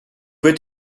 wird